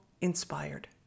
inspired